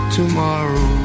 tomorrow